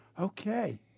okay